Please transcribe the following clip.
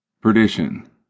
Perdition